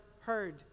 heard